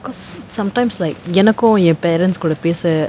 because sometimes like எனக்கு என்:enaku en parents கூட பேச:kooda pesa